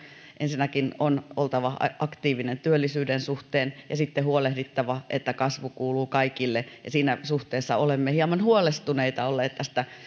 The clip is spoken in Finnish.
ensinnäkin on oltava aktiivinen työllisyyden suhteen ja sitten huolehdittava että kasvu kuuluu kaikille siinä suhteessa olemme hieman huolestuneita olleet tästä